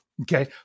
Okay